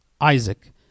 Isaac